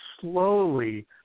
slowly